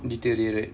deteriorate